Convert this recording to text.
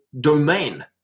domain